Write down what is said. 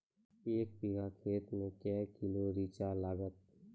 एक बीघा खेत मे के किलो रिचा लागत?